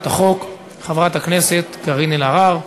חוק לתיקון דיני המשפחה (מזונות) (תיקון,